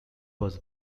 was